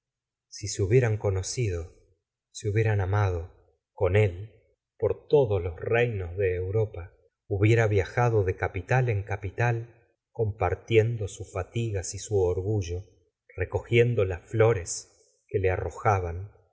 si se hubieran conocido se hubieran amado con él por todos los reinos de europa hubiera viajado de capital en capital compartiendo sus fatigas y su orgullo recogiendo las flores que le arrojaban